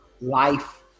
life